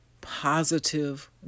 positive